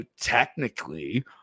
technically